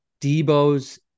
Debo's